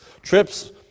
Trips